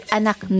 anak